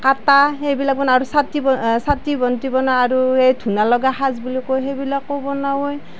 সেইবিলাক বনায় আৰু চাকি বন্তি আৰু এই ধূনা লগা সাজ বুলি কও সেইবিলাকো বনায়